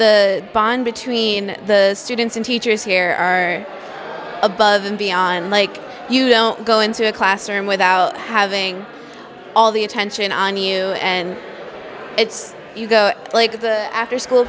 the bond between the students and teachers here are above and beyond like you don't go into a classroom without having all the attention on you and it's like the after school